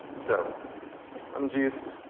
so lemon juice,